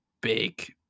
big